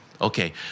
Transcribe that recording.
Okay